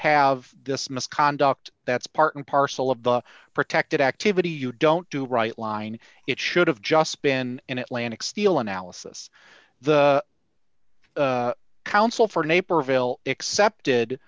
have this misconduct that's part and parcel of the protected activity you don't do right line it should have just been in atlantic steel analysis the counsel for naperville excepted